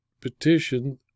petition